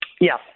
Yes